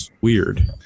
weird